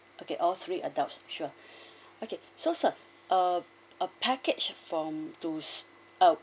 okay all three adults sure okay so sir uh a package from to uh